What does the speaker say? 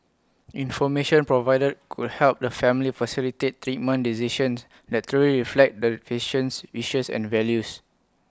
information provided could help the family facilitate treatment decisions that truly reflect the patient's wishes and values